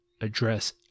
address